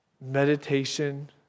meditation